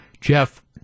Jeff